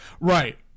Right